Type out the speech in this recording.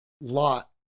lot